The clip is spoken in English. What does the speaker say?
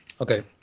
Okay